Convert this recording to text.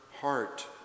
heart